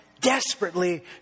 desperately